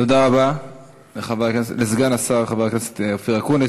תודה רבה לסגן השר חבר הכנסת אופיר אקוניס.